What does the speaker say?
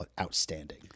outstanding